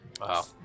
Wow